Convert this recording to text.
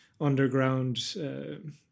underground